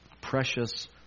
Precious